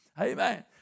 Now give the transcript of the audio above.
Amen